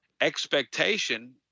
expectation